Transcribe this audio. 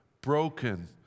broken